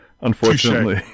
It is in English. Unfortunately